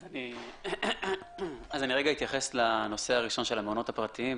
אני אתייחס לנושא הראשון של המעונות הפרטיים.